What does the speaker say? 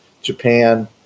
japan